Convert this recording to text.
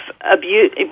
abuse